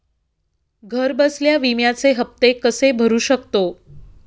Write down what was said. घरबसल्या विम्याचे हफ्ते कसे भरू शकतो?